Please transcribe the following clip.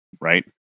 right